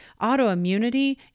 Autoimmunity